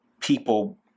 people